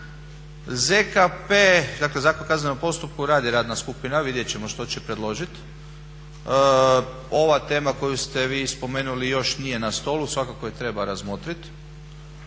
ZKP, dakle Zakon o kaznenom postupku radi radna skupina, vidjet ćemo što će predložiti. Ova tema koju ste vi spomenuli još nije na stolu, svakako je treba razmotriti.